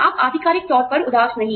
आप आधिकारिक तौर पर उदास नहीं हैं